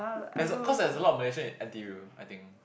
there's cause there's a lot of Malaysian in N_T_U I think